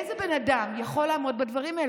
איזה בן אדם יכול לעמוד בדברים האלה?